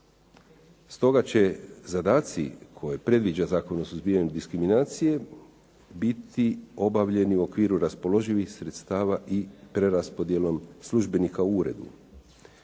Stoga će zadaci koje predviđa Zakon o suzbijanju diskriminacije biti obavljeni u okviru raspoloživih sredstava i preraspodjelom službenika u uredu.